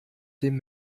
dem